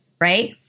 Right